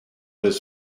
his